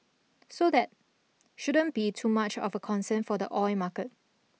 so that shouldn't be too much of a concern for the oil market